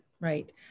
right